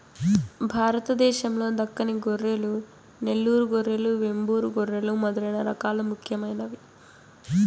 భారతదేశం లో దక్కని గొర్రెలు, నెల్లూరు గొర్రెలు, వెంబూరు గొర్రెలు మొదలైన రకాలు ముఖ్యమైనవి